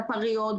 ספריות,